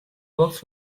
books